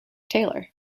taylor